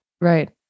Right